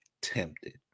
tempted